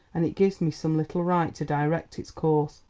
and it gives me some little right to direct its course.